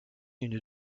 une